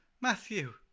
Matthew